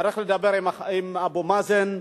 צריך לדבר עם אבו מאזן.